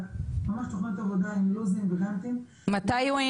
איך אתה